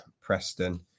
Preston